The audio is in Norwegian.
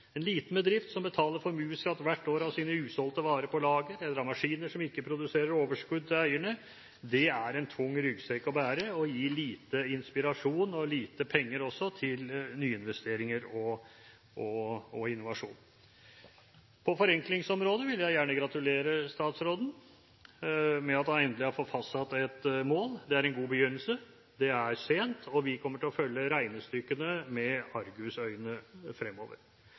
En liten bedrift som hvert år betaler formuesskatt av sine usolgte varer på lager eller av maskiner som ikke produserer overskudd til eierne, har en tung ryggsekk å bære, og det gir lite inspirasjon og også lite penger til nyinvesteringer og innovasjon. På forenklingsområdet vil jeg gjerne gratulere statsråden med at han endelig har fått fastsatt et mål. Det er en god begynnelse, men det er sent, og vi kommer til å følge regnestykkene med argusøyne fremover.